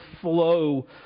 flow